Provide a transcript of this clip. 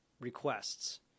requests